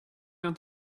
down